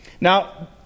Now